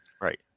Right